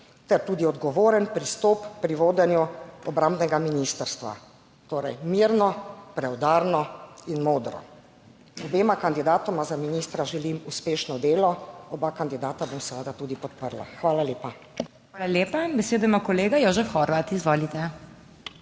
ter tudi odgovoren pristop pri vodenju obrambnega ministrstva. Torej mirno, preudarno in modro. Obema kandidatoma za ministra želim uspešno delo, oba kandidata bom seveda tudi podprla. Hvala lepa. **PODPREDSEDNICA MAG. MEIRA HOT:** Hvala lepa. Besedo ima kolega Jožef Horvat, izvolite.